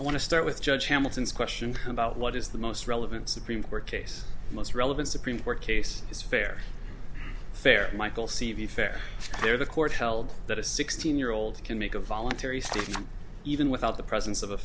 i want to start with judge hamilton's question about what is the most relevant supreme court case most relevant supreme court case is fair fair michael c v fair here the court held that a sixteen year old can make a voluntary steve even without the presence of